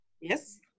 Yes